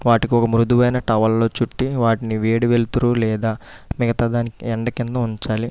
వాటికి ఒక మృదువైన టవల్లు చుట్టి వాటిని వేడి వెలుతురు లేదా మిగతా దాని ఎండ క్రింద ఉంచాలి